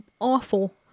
awful